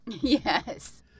Yes